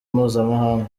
mpuzamahanga